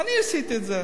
אני עשיתי את זה.